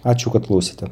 ačiū kad klausėte